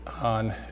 on